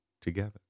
together